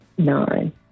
Nine